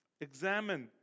Examine